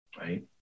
right